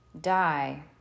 die